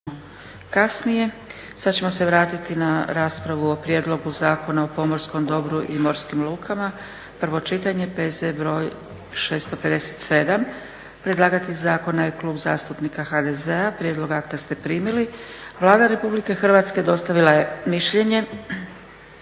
(SDP)** Sad ćemo se vratiti na raspravu o 9. Prijedlog Zakona o pomorskom dobru i morskim lukama, prvo čitanje, P.Z. br. 657; Predlagatelj zakona je Klub zastupnika HDZ-a. Prijedlog akta ste primili. Vlada Republike Hrvatske dostavila je mišljenje.